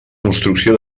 construcció